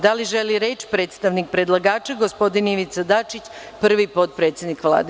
Da li želi reč predstavnik predlagača, gospodin Ivica Dačić, prvi potpredsednik Vlade?